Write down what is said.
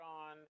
on